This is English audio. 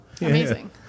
Amazing